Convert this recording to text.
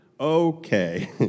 Okay